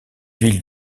villes